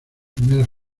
primeras